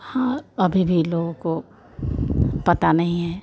हाँ अभी भी लोगों को पता नहीं है